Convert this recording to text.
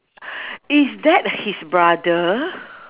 is that his brother